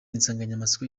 insanganyamatsiko